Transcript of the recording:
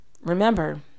remember